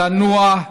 צנוע,